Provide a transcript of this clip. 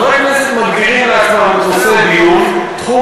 חברי הכנסת מגדירים לעצמם נושא דיון,